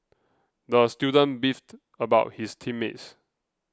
the student beefed about his team mates